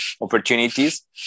opportunities